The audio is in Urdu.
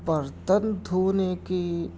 برتن دھونے کی